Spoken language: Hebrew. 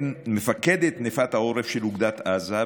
מפקדת נפת העורף של אוגדת עזה,